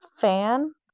fan